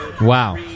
Wow